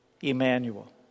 Emmanuel